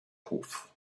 hof